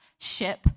ship